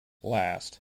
last